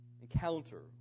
encounter